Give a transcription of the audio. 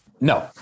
No